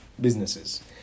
businesses